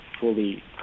fully